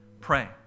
Pray